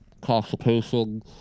Constipation